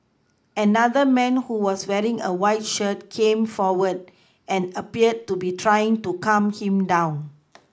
another man who was wearing a white shirt came forward and appeared to be trying to calm him down